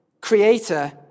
creator